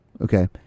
okay